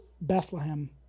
Bethlehem